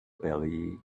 belly